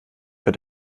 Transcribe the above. für